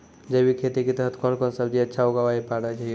जैविक खेती के तहत कोंन कोंन सब्जी अच्छा उगावय पारे छिय?